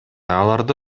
аларды